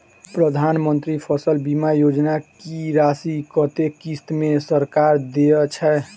प्रधानमंत्री फसल बीमा योजना की राशि कत्ते किस्त मे सरकार देय छै?